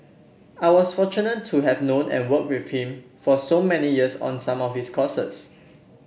I was fortunate to have known and worked with him for so many years on some of his causes